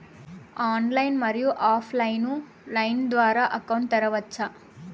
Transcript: Online, మరియు offline line ద్వారా account తెరవచ్చా?